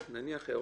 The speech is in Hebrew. נכון,